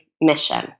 mission